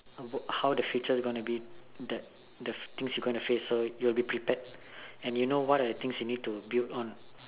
how the future gonna be that things you going to face and you will be prepared and you know what are the things you need to build on